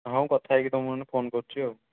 ହଁ ମୁଁ କଥା ହେଇକି ତୁମକୁ ଏଇନେ ଫୋନ୍ କରୁଛି ଆଉ